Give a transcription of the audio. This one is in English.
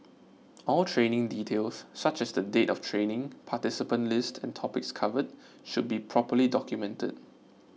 all training details such as the date of training participant list and topics covered should be properly documented